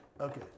Okay